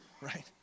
right